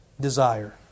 Desire